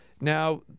Now